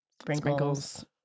Sprinkles